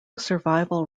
survival